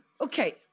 Okay